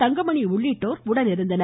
தங்கமணி உள்ளிட்டோர் உடனிருந்தனர்